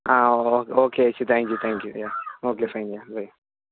ആ oh okay ചേച്ചി thank you thank you yeah okay fine yeah by